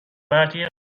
مرتیکه